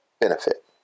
benefit